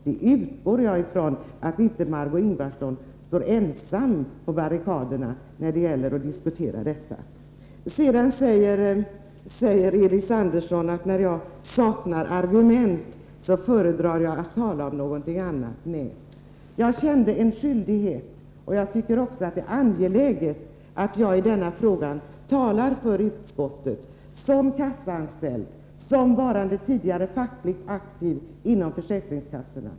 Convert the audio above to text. Jag utgår ifrån att Margöé Ingvardsson inte står ensam på barrikaderna när det gäller att diskutera denna fråga. Elis Andersson säger att när jag saknar argument föredrar jag att tala om något annat. Men jag känner en skyldighet och tycker också att det är angeläget att i denna fråga tala för utskottet som kassaanställd och som varande tidigare fackligt aktiv inom försäkringskassorna.